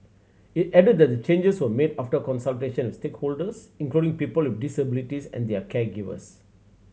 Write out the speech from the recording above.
it added that changes were made after consultations with stakeholders including people with disabilities and their caregivers